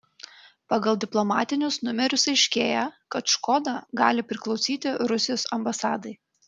pagal diplomatinius numerius aiškėja kad škoda gali priklausyti rusijos ambasadai